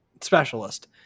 specialist